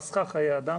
חסכה חיי אדם.